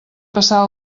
passar